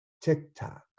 TikTok